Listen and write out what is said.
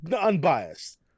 unbiased